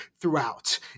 throughout